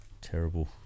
terrible